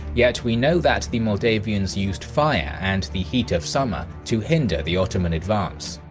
yet we know that the moldavians used fire and the heat of summer to hinder the ottoman advance.